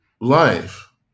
life